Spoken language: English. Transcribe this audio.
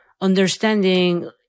understanding